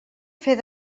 fer